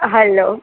hello